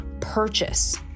purchase